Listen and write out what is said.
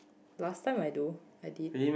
last time I do I did